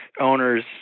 owners –